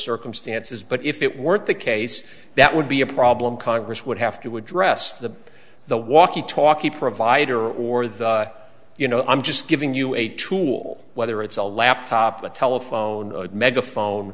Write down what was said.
circumstances but if it weren't the case that would be a problem congress would have to address the the walkie talkie provider or the you know i'm just giving you a tool whether it's a laptop a telephone a megaphone